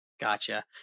gotcha